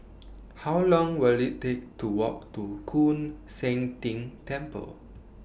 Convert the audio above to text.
How Long Will IT Take to Walk to Koon Seng Ting Temple